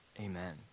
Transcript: amen